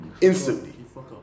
Instantly